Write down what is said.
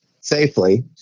safely